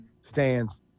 stands